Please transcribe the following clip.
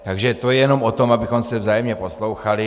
Takže to je jenom o tom, abychom se vzájemně poslouchali.